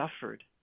suffered